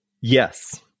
Yes